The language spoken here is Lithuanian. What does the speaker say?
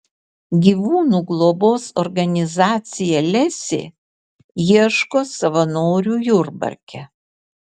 gyvūnų globos organizacija lesė ieško savanorių jurbarke